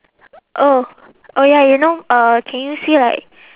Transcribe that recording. oh oh ya you know uh can you see like